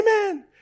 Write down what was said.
Amen